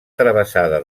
travessada